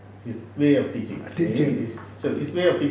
his way of teaching his way of teaching